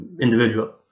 individual